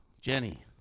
Jenny